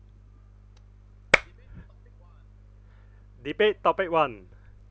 debate topic one